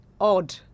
odd